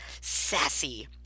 sassy